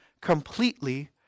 completely